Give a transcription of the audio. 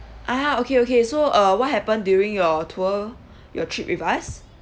ah okay okay so uh what happened during your tour your trip with us